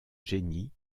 génie